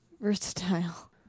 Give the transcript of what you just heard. versatile